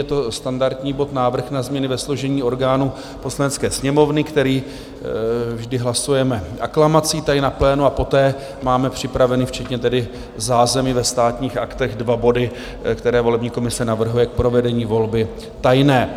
Je to standardní bod, Návrh na změny ve složení orgánů Poslanecké sněmovny, který vždy hlasujeme aklamací tady na plénu, a poté máme připraveny, včetně zázemí ve Státních aktech, dva body, které volební komise navrhuje k provedení volby tajné.